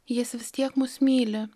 jis vis tiek mus myli